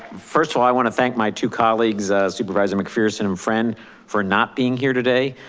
first of all, i wanna thank my two colleagues, ah supervisor macpherson and a friend for not being here today.